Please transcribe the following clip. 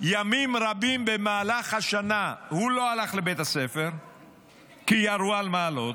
ימים רבים במהלך השנה הוא לא הלך לבית הספר כי ירו על מעלות,